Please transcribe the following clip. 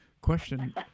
question